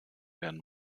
werden